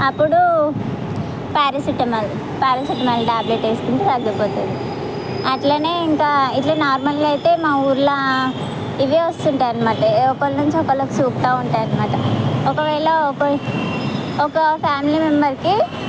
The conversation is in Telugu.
అప్పుడు ప్యారసిటమల్ ప్యారసిటమల్ టాబ్లెట్ వేసుకుంటే తగ్గిపోతుంది అట్లనే ఇంకా ఇట్లా నార్మల్గా అయితే మా ఊర్లో ఇవే వస్తుంటాయనమాట ఒకళ్ళ నుంచి ఒకరికి సోకుతూ ఉంటాయనమాట ఒకవేళ ఒక ఒక ఫ్యామిలీ మెంబర్కి